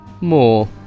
more